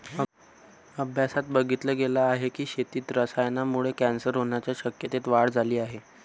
अभ्यासात बघितल गेल आहे की, शेतीत रसायनांमुळे कॅन्सर होण्याच्या शक्यतेत वाढ झाली आहे